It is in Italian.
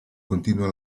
continua